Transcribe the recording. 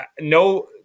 No